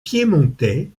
piémontais